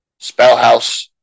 Spellhouse